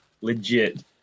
Legit